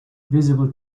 visible